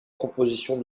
propositions